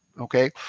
Okay